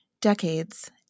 Decades